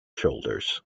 shoulders